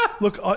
Look